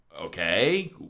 okay